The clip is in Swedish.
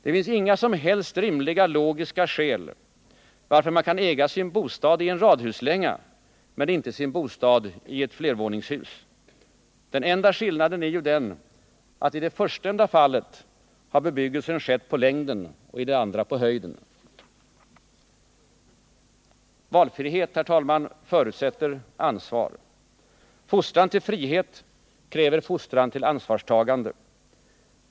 Det finns inga som helst rimliga logiska skäl varför man kan äga sin bostad i en radhuslänga men inte sin bostad i ett flervåningshus. Den enda skillnaden är ju att i det förstnämnda fallet har bebyggelsen skett på längden och i det andra på höjden. Valfrihet, herr talman, förutsätter ansvar. Fostran till frihet kräver fostran till ansvarstagande.